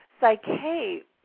psyche